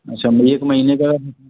अच्छा एक महीने का